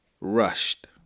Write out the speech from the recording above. rushed